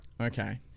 Okay